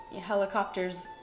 helicopters